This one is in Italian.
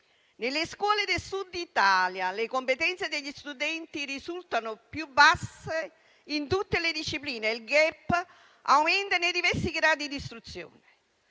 nelle scuole del Sud Italia le competenze degli studenti risultano più basse in tutte le discipline e il *gap* aumenta nei diversi gradi di istruzione.